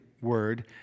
word